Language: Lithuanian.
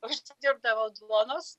užsidirbdavo duonos